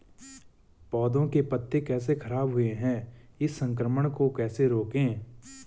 पौधों के पत्ते कैसे खराब हुए हैं इस संक्रमण को कैसे रोकें?